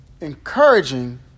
encouraging